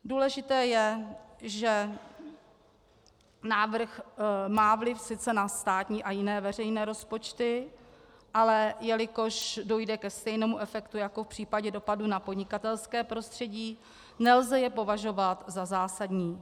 Důležité je, že návrh má sice vliv na státní a jiné veřejné rozpočty, ale jelikož dojde ke stejnému efektu jako v případě dopadu na podnikatelské prostředí, nelze je považovat za zásadní.